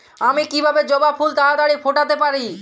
আমি কিভাবে জবা ফুল তাড়াতাড়ি ফোটাতে পারি?